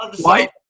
white